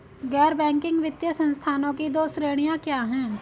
गैर बैंकिंग वित्तीय संस्थानों की दो श्रेणियाँ क्या हैं?